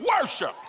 worship